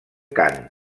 cant